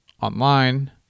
online